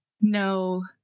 No